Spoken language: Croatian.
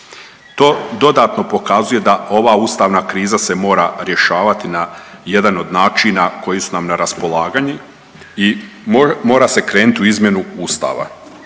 To dodatno pokazuje da ova ustavna kriza se mora rješavati na jedan od načina koji su nam na raspolaganju i mora se krenuti u izmjenu Ustava.